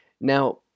Now